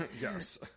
yes